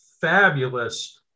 fabulous